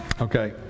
Okay